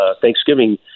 Thanksgiving